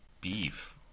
beef